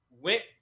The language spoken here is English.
went